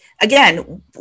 again